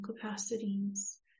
capacities